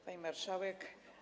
Pani Marszałek!